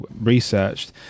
researched